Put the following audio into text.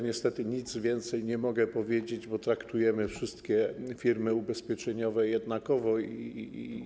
Niestety nic więcej nie mogę powiedzieć, bo traktujemy wszystkie firmy ubezpieczeniowe jednakowo.